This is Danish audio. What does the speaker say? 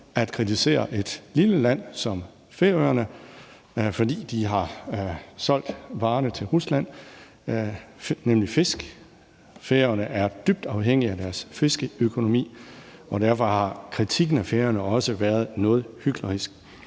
at kritisere et lille land som Færøerne, fordi de har solgt varer til Rusland, nemlig fisk. Færingerne er dybt afhængige af deres fiskeøkonomi, og derfor har kritikken af Færøerne også været noget hyklerisk.